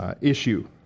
issue